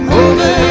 over